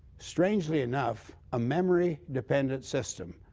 strangely enough, a memory-dependent system.